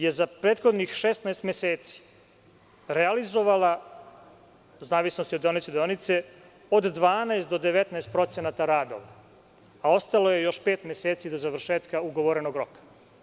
Ona je za prethodnih 16 meseci realizovala, u zavisnosti od deonice do deonice, od 12 do 19% radova, a ostalo je još pet meseci do završetka ugovorenog roka.